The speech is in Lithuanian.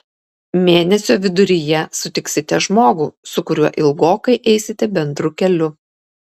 mėnesio viduryje sutiksite žmogų su kuriuo ilgokai eisite bendru keliu